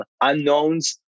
unknowns